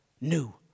new